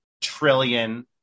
trillion